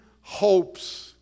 hopes